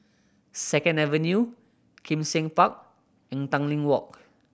Second Avenue Kim Seng Park and Tanglin Walk